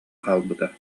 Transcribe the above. хаалбыта